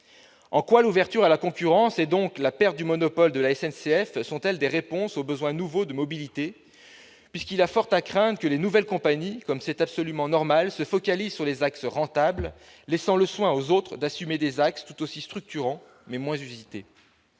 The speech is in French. En quoi l'ouverture à la concurrence et, donc, la perte du monopole de la SNCF sont-elles des réponses aux besoins nouveaux de mobilité, puisqu'il y a fort à craindre que les nouvelles compagnies, comme c'est absolument normal, ne se focalisent sur les axes rentables laissant le soin aux autres d'assumer des axes tout aussi structurants, mais moins usités